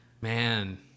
Man